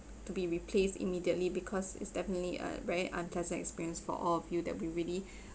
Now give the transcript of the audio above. to be replaced immediately because it's definitely a very unpleasant experience for all of you that we really